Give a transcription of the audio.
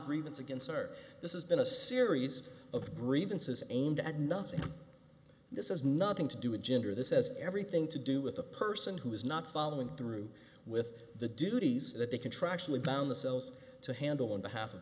grievance against her this is been a series of grievances aimed at nothing this is nothing to do with gender this has everything to do with the person who is not following through with the duties that they contractually bound the cells to handle on behalf of